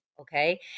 Okay